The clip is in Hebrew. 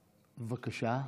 2179,